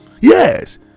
Yes